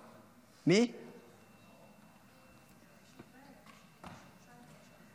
בבקשה, לרשותך שלוש